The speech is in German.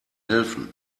helfen